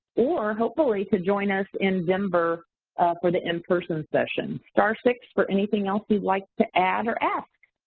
or hopefully, to join us in denver for the in-person session. star six for anything else you'd like to add or ask.